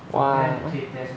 !wah!